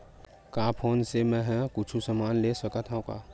का फोन से मै हे कुछु समान ले सकत हाव का?